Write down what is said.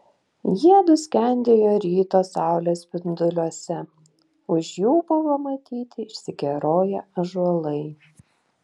jiedu skendėjo ryto saulės spinduliuose už jų buvo matyti išsikeroję ąžuolai